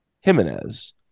Jimenez